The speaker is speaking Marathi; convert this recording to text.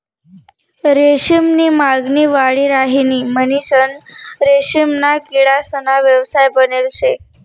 रेशीम नी मागणी वाढी राहिनी म्हणीसन रेशीमना किडासना व्यवसाय बनेल शे